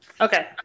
Okay